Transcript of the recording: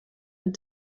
and